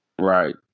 Right